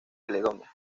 caledonia